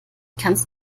kannst